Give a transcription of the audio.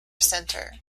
center